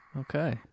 Okay